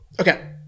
Okay